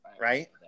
Right